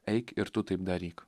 eik ir tu taip daryk